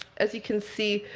as you can see,